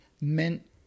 meant